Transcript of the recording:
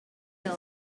milk